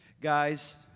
Guys